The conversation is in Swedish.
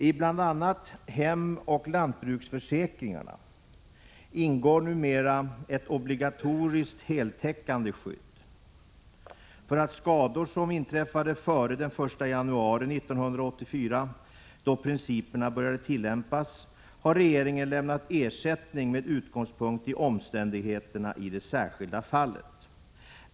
I bl.a. hemoch lantbruksförsäkringarna ingår numera ett obligatoriskt heltäckande skydd. För skador som inträffade före den 1 januari 1984, då principerna började tillämpas, har regeringen lämnat ersättning med utgångspunkt i omständigheterna i det särskilda fallet.